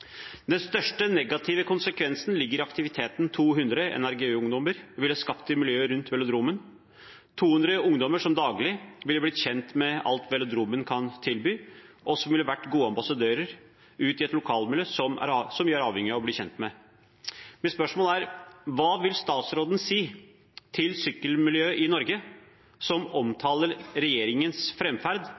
Den største negative konsekvensen ligger i den aktiviteten 200 NRG-U ungdommer ville skapt i miljøet rundt velodromen – 200 ungdommer som daglig ville blitt kjent med alt velodromen kan tilby, og som ville vært gode ambassadører ut i et lokalmiljø vi er avhengige av å bli kjent med. Mitt spørsmål er: Hva vil statsråden si til sykkelmiljøet i Norge, som omtaler regjeringens